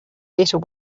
better